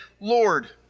Lord